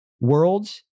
Worlds